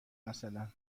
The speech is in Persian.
مثلا